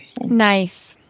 Nice